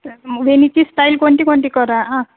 तर वेणीची स्टाईल कोणती कोणती करा आ